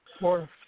four